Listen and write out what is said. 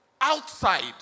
outside